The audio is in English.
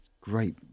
great